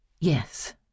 Yes